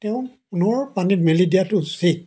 তেওঁক পুনৰ পানীত মেলি দিয়াটো উচিত